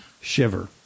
shiver